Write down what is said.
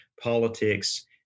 politics